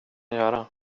göra